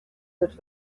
that